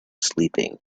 sleeping